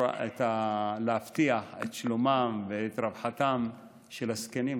להבטיח את שלומם ורווחתם של הזקנים.